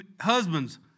husbands